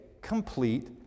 complete